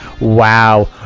Wow